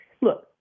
look